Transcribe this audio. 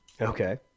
Okay